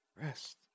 rest